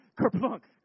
kerplunk